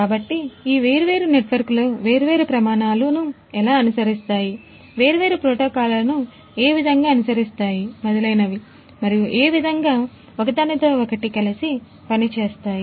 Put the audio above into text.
కాబట్టి ఈ వేర్వేరు నెట్వర్క్లు వేర్వేరు ప్రమాణాలను ఎలా అనుసరిస్తాయి వేర్వేరు ప్రోటోకాల్లను ఏ విధముగా అనుసరిస్తాయి మొదలైనవి మరియు ఏ విధముగా ఒకదానితో ఒకటి కలిసి పనిచేస్తాయి